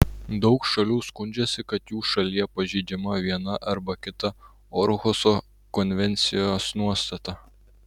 daug šalių skundžiasi kad jų šalyje pažeidžiama viena arba kita orhuso konvencijos nuostata